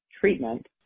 treatment